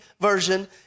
version